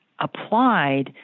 applied